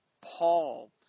Paul